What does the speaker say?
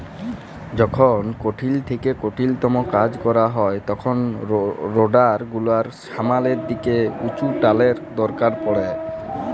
যখল কঠিল থ্যাইকে কঠিলতম কাজ ক্যরা হ্যয় তখল রোডার গুলালের ছামলের দিকে উঁচুটালের দরকার পড়হে